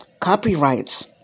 copyrights